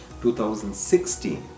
2016